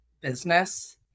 business